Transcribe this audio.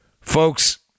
Folks